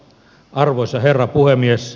arvoisa herra puhemies